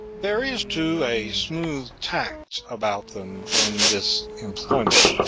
there is, too, a smooth tact about them in this employment,